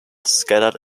scattered